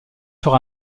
sur